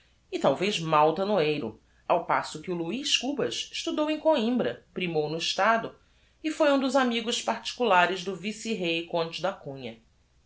e talvez mau tanoeiro ao passo que o luiz cubas estudou em coimbra primou no estado e foi um dos amigos particulares do vice-rei conde da cunha